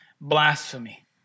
blasphemy